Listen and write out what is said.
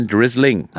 Drizzling